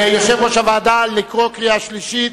יושב-ראש הוועדה, לקרוא קריאה שלישית?